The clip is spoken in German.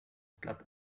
blatt